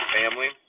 family